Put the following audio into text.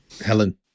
Helen